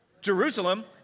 Jerusalem